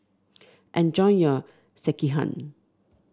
enjoy your Sekihan